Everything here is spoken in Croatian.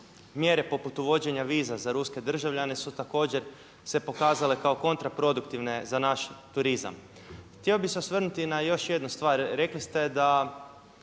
mjere poput uvođenja viza za ruske državljane su također se pokazale kao kontraproduktivne za naš turizam. Htio bih se osvrnuti na još jednu stvar, rekli ste da